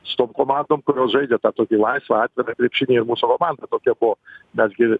su tom komandom kurios žaidžia tą tokį laisvą atvirą krepšinį ir mūsų komanda kokia buvo mes gi